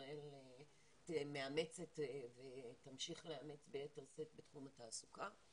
ישראל מאמצת ותמשיך לאמץ ביתר שאת בתחום התעסוקה.